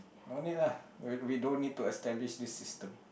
no need lah we don't need to establish this system